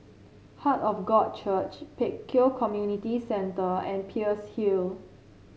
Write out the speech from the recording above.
Heart of God Church Pek Kio Community Centre and Peirce Hill